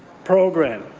program.